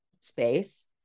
space